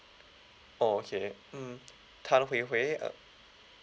oh okay mm tan hui hui uh